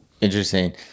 Interesting